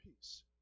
peace